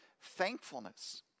thankfulness